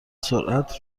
سرعت